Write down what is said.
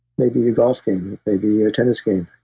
maybe your golf game, maybe your tennis game.